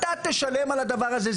אתה תשלם על הדבר הזה,